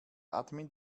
admin